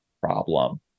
problem